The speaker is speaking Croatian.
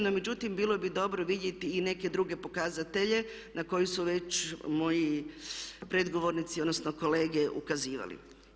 No, međutim, bilo bi dobro vidjeti i neke druge pokazatelje na koji su već moji predgovornici, odnosno kolege ukazivali.